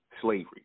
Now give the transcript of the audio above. slavery